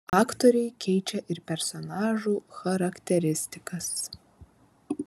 aktoriai keičia ir personažų charakteristikas